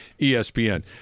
ESPN